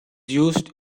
used